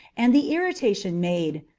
and the irritation made,